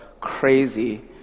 crazy